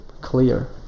clear